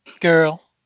girl